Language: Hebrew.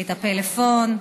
את הפלאפון,